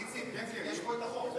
איציק, יש פה את החוק.